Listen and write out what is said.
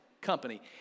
company